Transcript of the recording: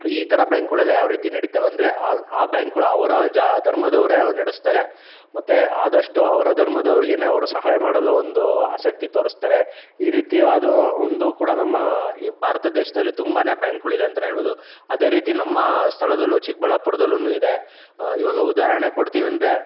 ಈ ಥರ ಬ್ಯಾಂಕ್ಗಳೆಲ್ಲ ಯಾವ ರೀತಿ ನಡೀತವೆಂದ್ರೆ ಆ ಆ ಬ್ಯಾಂಕ್ಗಳು ಅವರ ಜಾ ಧರ್ಮದವರೇ ನಡೆಸ್ತಾರೆ ಮತ್ತೆ ಆದಷ್ಟು ಅವರ ಧರ್ಮದವ್ರಿಗೇನೇ ಅವರು ಸಹಾಯ ಮಾಡಲು ಒಂದು ಆಸಕ್ತಿ ತೋರಿಸ್ತಾರೆ ಈ ರೀತಿ ಅದು ಒಂದು ಕೂಡ ನಮ್ಮ ಈ ಭಾರತ ದೇಶದಲ್ಲಿ ತುಂಬನೇ ಬ್ಯಾಂಕ್ಗಳಿದೆ ಅಂತಲೇ ಹೇಳ್ಬೋದು ಅದೇ ರೀತಿ ನಮ್ಮ ಸ್ಥಳದಲ್ಲೂ ಚಿಕ್ಕಬಳ್ಳಾಪುರದಲ್ಲೂ ಇದೆ ಇವಾಗ ಉದಾಹರಣೆ ಕೊಡ್ತೀನೆಂದ್ರೆ